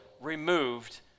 removed